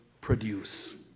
produce